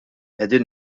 qegħdin